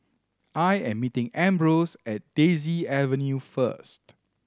I am meeting Ambrose at Daisy Avenue first